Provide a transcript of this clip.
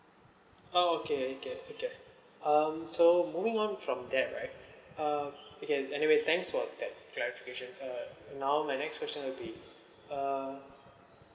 oh okay okay okay um so moving on from that right uh okay anyway thanks for that clarifications uh now my next question will be uh